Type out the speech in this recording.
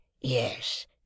Yes